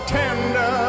tender